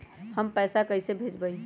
हम पैसा कईसे भेजबई?